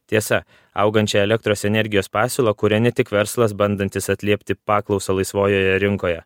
tiesa augančią elektros energijos pasiūlą kuria ne tik verslas bandantis atliepti paklausą laisvojoje rinkoje